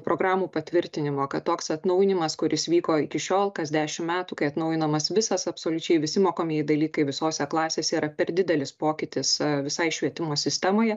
programų patvirtinimo kad toks atnaujinimas kuris vyko iki šiol kas dešim metų kai atnaujinamas visas absoliučiai visi mokomieji dalykai visose klasėse yra per didelis pokytis visai švietimo sistemoje